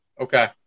okay